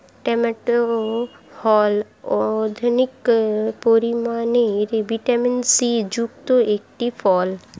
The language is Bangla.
টমেটো হল অধিক পরিমাণে ভিটামিন সি যুক্ত একটি ফল